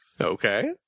okay